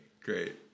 Great